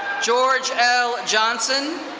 george l. johnson.